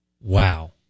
Wow